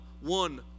one